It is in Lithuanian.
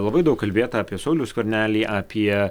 labai daug kalbėta apie saulių skvernelį apie